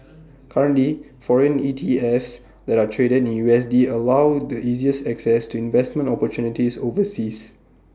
currently foreign ETFs that are traded in U S D allow the easiest access to investment opportunities overseas